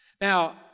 Now